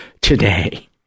today